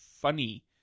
funny